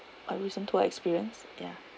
my recent tour experience ya